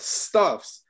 stuffs